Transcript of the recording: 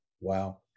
Wow